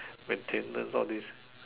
maintenance all this